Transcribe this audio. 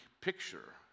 picture